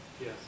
Yes